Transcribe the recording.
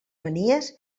manies